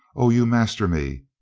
oh, you master me,